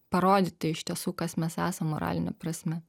parodyti iš tiesų kas mes esam moraline prasme